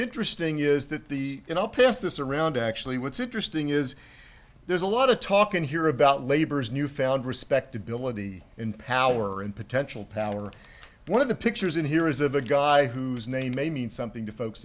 interesting is that the you know pass this around actually what's interesting is there's a lot of talk in here about labor's newfound respect ability in power and potential power one of the pictures in here is of a guy whose name may mean something to folks